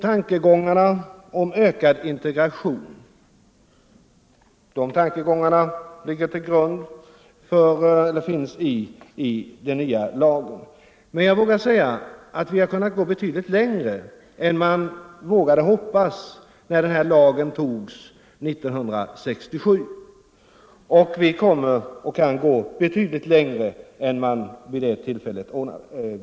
Tanken på ökad integration finns i den nya lagen, men vi har kunnat gå betydligt längre än man vågade hoppas när lagen antogs år 1967, och vi kommer att fortsätta på den vägen.